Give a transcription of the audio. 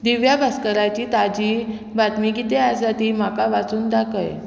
दिव्या भास्कराची ताजी बातमी कितें आसा ती म्हाका वाचून दाखय